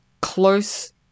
close